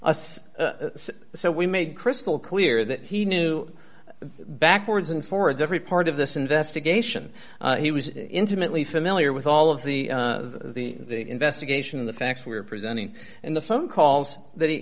so we made crystal clear that he knew backwards and forwards every part of this investigation he was intimately familiar with all of the the investigation the facts we're presenting and the phone calls that he